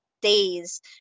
days